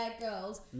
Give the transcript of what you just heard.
girls